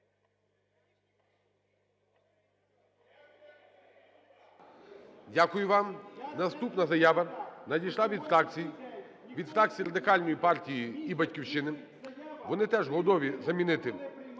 Дякую вам. Наступна заява надійшла від фракцій: від фракції Радикальної партії і "Батьківщини" – вони теж готові замінити